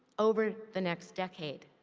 over the next decade.